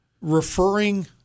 referring